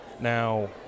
Now